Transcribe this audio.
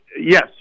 Yes